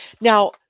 Now